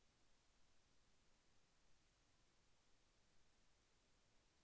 నేను వ్యక్తిగత భీమా మరియు ఆరోగ్య భీమా రెండు పొందే వీలుందా?